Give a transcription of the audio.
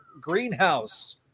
greenhouse